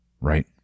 right